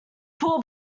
poor